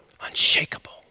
unshakable